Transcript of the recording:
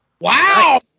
Wow